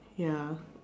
ya